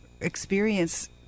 experience